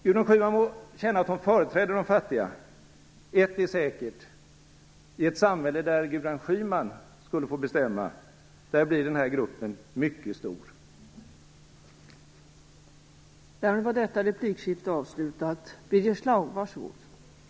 Gudrun Schyman må känna att hon företräder de fattiga, men ett är säkert: I ett samhälle där Gudrun Schyman fick bestämma, skulle de fattiga bli en mycket stor grupp.